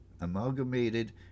Amalgamated